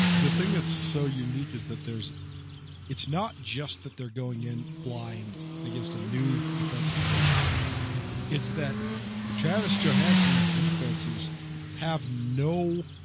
the thing that's so unique is that there's it's not just that they're going and blind against a new defensive coordinator it's that gesture hanson's defenses have no